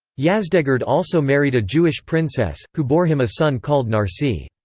yazdegerd also married a jewish princess, who bore him a son called narsi.